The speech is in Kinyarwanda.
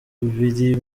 biri